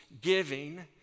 giving